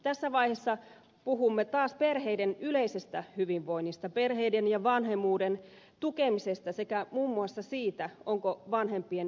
tässä vaiheessa puhumme taas perheiden yleisestä hyvinvoinnista perheiden ja vanhemmuuden tukemisesta sekä muun muassa siitä ovatko vanhempien työolot vakaat